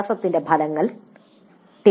അഭ്യാസത്തിന്റെ ഫലങ്ങൾ tale